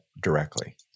directly